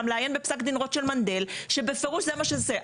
לעיין בפסק דין רוט של מנדל שבפירוש זה מה שזה.